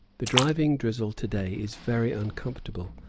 the driving drizzle to-day is very uncomfortable,